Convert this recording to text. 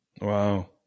Wow